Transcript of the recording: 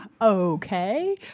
okay